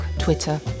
Twitter